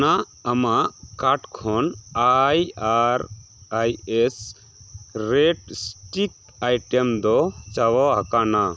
ᱫᱩᱠ ᱟᱱᱟᱜ ᱟᱢᱟᱜ ᱠᱟᱴ ᱠᱷᱚᱱ ᱟᱭ ᱟᱨ ᱟᱭ ᱤᱥ ᱨᱮᱴ ᱥᱴᱨᱤᱴ ᱟᱭᱴᱮᱢ ᱫᱚ ᱪᱟᱵᱟ ᱟᱠᱟᱱᱟ